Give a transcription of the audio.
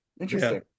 interesting